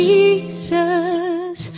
Jesus